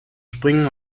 springen